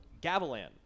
Gavilan